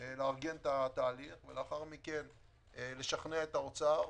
לארגן את התהליך ולשכנע את האוצר,